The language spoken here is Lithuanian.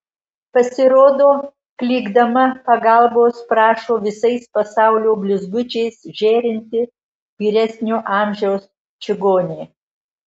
pasirodo klykdama pagalbos prašo visais pasaulio blizgučiais žėrinti vyresnio amžiaus čigonė